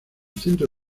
centro